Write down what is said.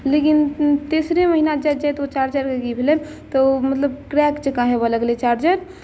लेकिन तेसरे महीना जाइत जाइत ओ चार्जरकेँ की भेलै तऽ ओ मतलब क्रैक जकाँ होबय लगलै चार्जर